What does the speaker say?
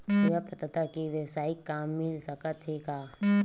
सेवा प्रदाता के वेवसायिक काम मिल सकत हे का?